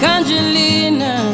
Angelina